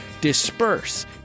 disperse